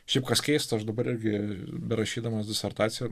šiaip kas keista aš dabar irgi berašydamas disertaciją